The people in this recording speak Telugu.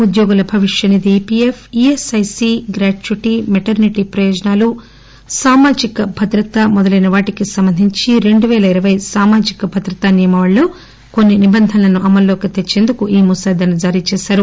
ఉద్యోగుల భవిష్య నిధి ఈఎస్ఐసీ గ్రాట్యుటీ మెటర్నిటీ ప్రయోజనాలు సామాజిక భద్రత మొదలైన వాటికి సంబంధించి రెండు పేల ఇరవై సామాజిక భద్రత నియమావళిలో కొన్ని నిబంధనలను అమల్లోకి తెచ్చేందుకు ఈ ముసాయిదాను జారీ చేశారు